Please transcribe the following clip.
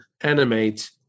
animate